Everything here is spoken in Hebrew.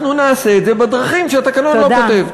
אנחנו נעשה את זה בדרכים שהתקנון לא כותב.